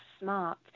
smart